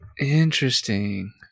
Interesting